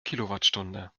kilowattstunde